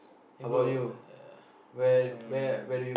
hey bro uh um